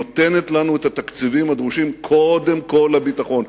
נותנת לנו את התקציבים הדרושים קודם כול לביטחון.